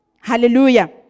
Hallelujah